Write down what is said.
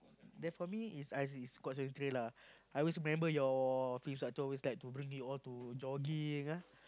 then for me is I is squad seventy three lah I always remember your fitness intructor always like to bring you all to jogging ah